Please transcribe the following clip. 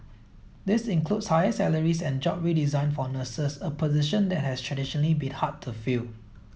this includes higher salaries and job redesign for nurses a position that has traditionally been hard to fill